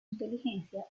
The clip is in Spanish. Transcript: inteligencia